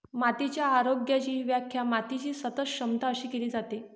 मातीच्या आरोग्याची व्याख्या मातीची सतत क्षमता अशी केली जाते